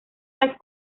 las